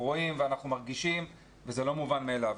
אנחנו רואים ואנחנו מרגישים וזה לא מובן מאליו,